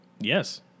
Yes